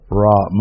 raw